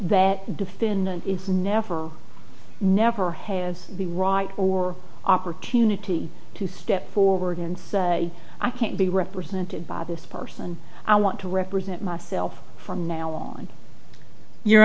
that the defendant is never never has the right or opportunity to step forward and say i can't be represented by this person i want to represent myself from now on your